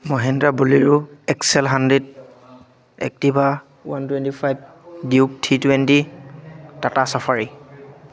Mahindra Bolero XL hundred Activa one twenty five Duke three twenty Tata safari